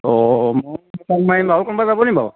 অ বাৰু আৰু কোনোবা যাবনি বাৰু